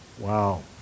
Wow